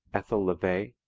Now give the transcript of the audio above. ethel levey,